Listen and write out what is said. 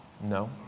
No